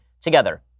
together